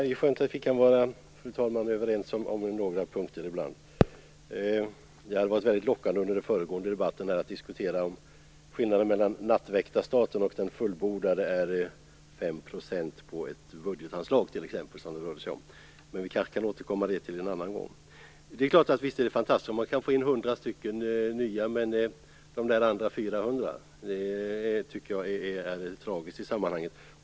Fru talman! Det är skönt att vi kan vara överens om några punkter ibland. Det hade varit väldigt lockande att under den föregående debatten diskutera om skillnaden mellan nattväktarstaten och den fullbordade är t.ex. 5 % på ett budgetanslag, som det rörde sig om, men vi kanske kan återkomma till det en annan gång. Det är klart att det är fantastiskt om man kan få in 100 nya, men vad händer med de andra 400? Det tycker jag är tragiskt i sammanhanget.